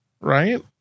right